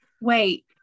Wait